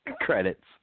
Credits